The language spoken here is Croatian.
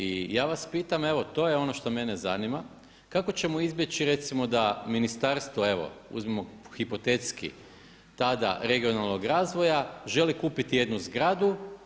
I ja vas pitam evo to je ono što mene zanima, kako ćemo izbjeći recimo da ministarstvo evo uzmimo hipotetski tada regionalnog razvoja želi kupiti jednu zgradu.